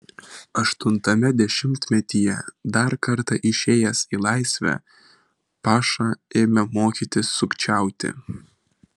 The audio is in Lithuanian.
aštuntame dešimtmetyje dar kartą išėjęs į laisvę paša ėmė mokytis sukčiauti